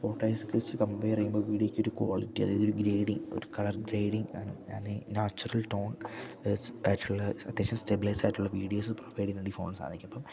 photo എസ്കിസ് കമ്പയറെയുമ്പോ വീഡിയോക്കൊരു ക്വാളിറ്റി അതായതൊരു ഗ്രേഡിങ് ഒരു കളർ ഗ്രേഡിങ് അല്ലേ നാച്ചുറൽ ടോൺ സിക്കായിട്ടുള്ള അത്യാവശ്യം സ്റ്റെബലൈസായിട്ടുള്ള വീഡിയോസ് പ്രൊവൈഡ് ചെയ്യുന്നുണ്ട് ഈ ഫോൺസാണെങ്കി അപ്പം